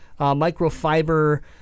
microfiber